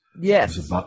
Yes